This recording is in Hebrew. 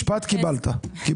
משפט, קיבלת.